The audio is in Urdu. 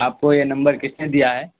آپ کو یہ نمبر کس نے دیا ہے